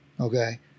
Okay